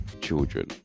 children